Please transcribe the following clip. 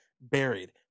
buried